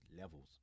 Levels